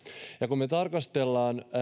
kun me tarkastelemme